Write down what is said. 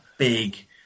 Big